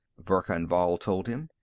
verkan vall told him.